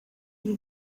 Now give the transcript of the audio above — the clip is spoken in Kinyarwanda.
ibi